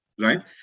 right